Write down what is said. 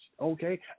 okay